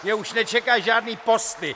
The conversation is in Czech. Mě už nečekají žádné posty.